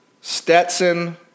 Stetson